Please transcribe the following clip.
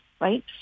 right